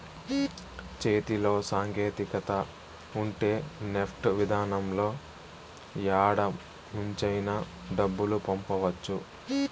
చేతిలో సాంకేతికత ఉంటే నెఫ్ట్ విధానంలో యాడ నుంచైనా డబ్బులు పంపవచ్చు